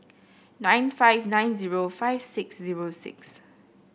nine five nine zero five six zero six